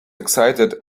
excited